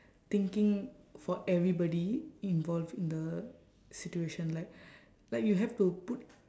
thinking for everybody involved in the situation like like you have to put